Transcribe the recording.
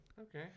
Okay